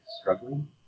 struggling